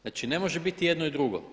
Znači ne može biti jedno i drugo.